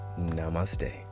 namaste